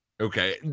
okay